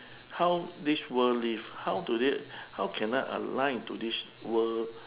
how this world live how do they how can I align to this world